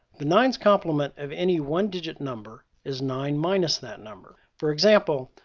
the nines complement of any one digit number is nine minus that number. for example,